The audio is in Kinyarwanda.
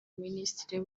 minisitiri